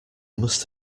must